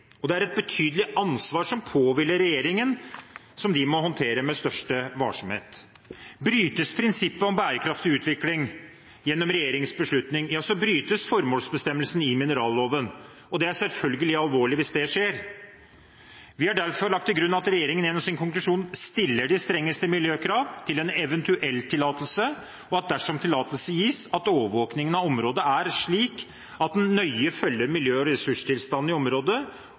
og som de må håndtere med største varsomhet. Brytes prinsippet om bærekraftig utvikling gjennom regjeringens beslutning, brytes formålsbestemmelsen i mineralloven, og det er selvfølgelig alvorlig hvis det skjer. Vi har derfor lagt til grunn at regjeringen gjennom sin konklusjon stiller de strengeste miljøkrav til en eventuell tillatelse, og – dersom tillatelse gis – at overvåkingen av området er slik at en nøye følger miljø- og ressurstilstanden i området,